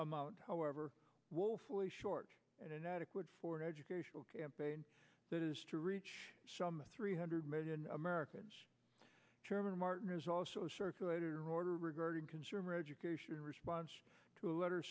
amount however woefully short and inadequate for an educational campaign that is to reach some three hundred million americans chairman martin has also circulator order regarding consumer education in response to a let